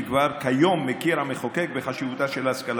כי כבר כיום מכיר המחוקק בחשיבותה של ההשכלה